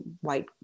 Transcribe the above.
white